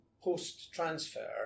post-transfer